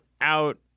out